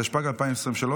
התשפ"ג 2023,